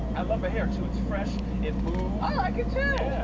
i love the hair, too it's fresh, it moves. i like it too!